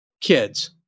kids